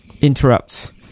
interrupts